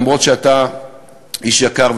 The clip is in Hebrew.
אף שאתה איש יקר,